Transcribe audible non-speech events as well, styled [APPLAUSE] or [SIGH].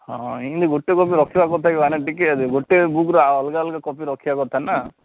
ହଁ ଏମତି ଗୋଟେ କପି ରଖିବା କଥା କି ଭାଇନା ଟିକେ ଗୋଟେ ବୁକ୍ର [UNINTELLIGIBLE] ଅଲଗା ଅଲଗା କପି ରଖିବା କଥା ନାଁ